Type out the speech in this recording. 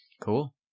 cool